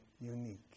unique